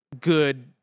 good